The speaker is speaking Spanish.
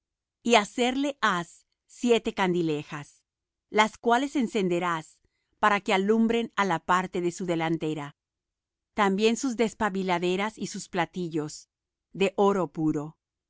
y hacerle has siete candilejas las cuales encenderás para que alumbren á la parte de su delantera también sus despabiladeras y sus platillos de oro puro